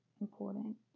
important